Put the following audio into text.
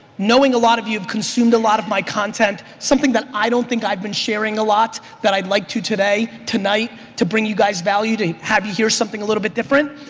knowing a lot of you have consumed a lot of my content, something that i don't think i've been sharing a lot that i'd like to today, tonight to bring you guys value, to have you hear something a little bit different,